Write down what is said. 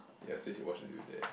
ya so you should watch until there